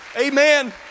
Amen